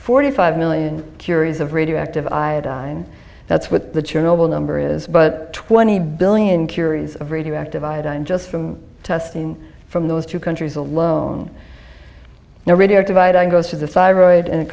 forty five million curies of radioactive iodine that's what the chernobyl number is but twenty billion curies of radioactive iodine just from testing from those two countries alone no radioactive iodine goes to the thyroid and it